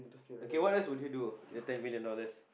okay what else would you do the ten million dollars